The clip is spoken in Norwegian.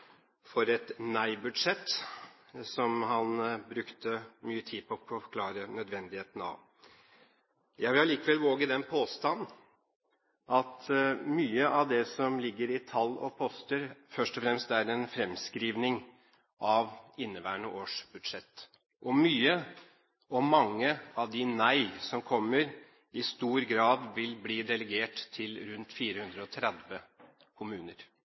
for et nei-budsjett, som han brukte mye tid på å forklare nødvendigheten av. Jeg vil likevel våge den påstand at mye av det som ligger i tall og kost, først og fremst er en fremskrivning av inneværende års budsjett. Mye, og mange av de nei som kommer, vil i stor grad bli delegert til rundt 430 kommuner.